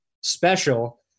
special